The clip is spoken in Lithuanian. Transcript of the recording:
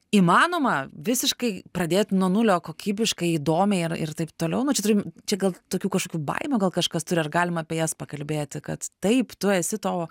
įmanoma visiškai pradėt nuo nulio kokybiškai įdomiai ir ir taip toliau nu čia turim čia gal tokių kažkokių baimių gal kažkas turi ar galima apie jas pakalbėti kad taip tu esi to